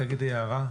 תגידי הערה.